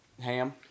Ham